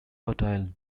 fertile